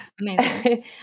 amazing